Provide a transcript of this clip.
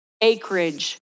acreage